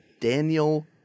Daniel